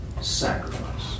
Sacrifice